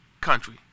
country